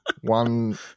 One